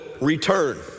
return